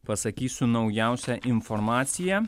pasakysiu naujausią informaciją